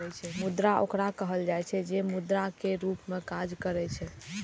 मुद्रा ओकरा कहल जाइ छै, जे मुद्रा के रूप मे काज करै छै